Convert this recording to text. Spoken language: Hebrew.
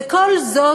וכל זאת,